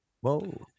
Whoa